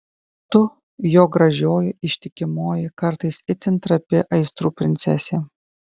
tu jo gražioji ištikimoji kartais itin trapi aistrų princesė